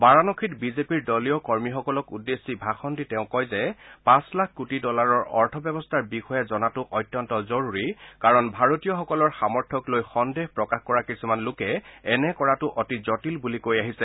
বাৰাণসীত বিজেপিৰ দলীয় কৰ্মীসকলক উদ্দেশ্যি ভাষণ দি তেওঁ কয় যেপাঁচ লাখ কোটি ডলাৰৰ অৰ্থব্যৱস্থাৰ বিষয়ে জনাটো অত্যন্ত জৰুৰী কাৰণ ভাৰতীয়সকলৰ সামৰ্থ্যক লৈ সন্দেহ প্ৰকাশ কৰা কিছুমান লোকে এনে কৰাটো অতি জটিল বুলি কৈ আহিছে